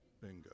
Bingo